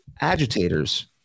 agitators